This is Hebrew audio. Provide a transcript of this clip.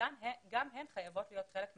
גם הן חייבות להיות חלק מהפתרון.